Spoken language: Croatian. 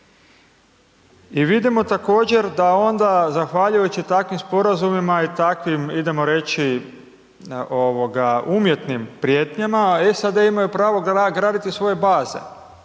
i vidimo također da onda zahvaljujući takvim sporazumima i takvim, idemo reći, umjetnim prijetnjama, SAD imaju pravo graditi svoje baze,